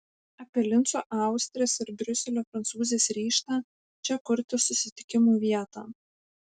apie linco austrės ir briuselio prancūzės ryžtą čia kurti susitikimų vietą